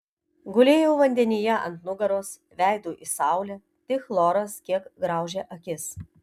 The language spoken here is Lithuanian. gulėjau vandenyje ant nugaros veidu į saulę tik chloras kiek graužė akis